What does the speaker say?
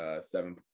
seven